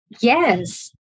Yes